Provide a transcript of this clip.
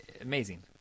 amazing